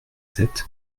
sept